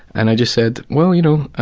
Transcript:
and i just said. well, you know,